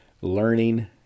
learning